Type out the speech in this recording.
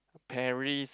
Paris